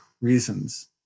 reasons